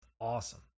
awesome